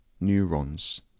neurons